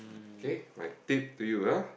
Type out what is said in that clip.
okay my tip to you ah